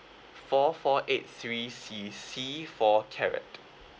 four four eight three C C for carrot